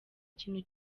ikintu